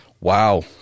wow